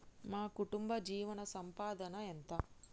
మా కుటుంబ జీవన సంపాదన ఎంత?